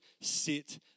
sit